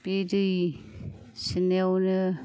बे दै सेरनायावनो